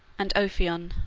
and ophion,